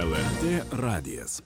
lrt radijas